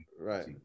right